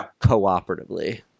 cooperatively